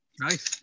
Nice